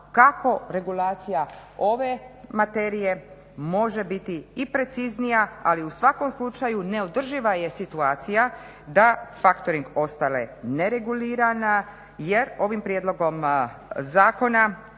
kako regulacija ove materije može biti i preciznija, ali u svakom slučaju neodrživa je situacija da factoring ostale neregulirana jer ovim prijedlogom zakona